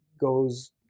goes